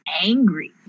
angry